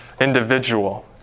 individual